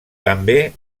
també